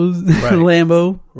Lambo